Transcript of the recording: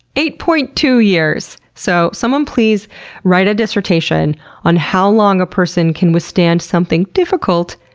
eight point two years. so someone please write a dissertation on how long a person can withstand something difficult,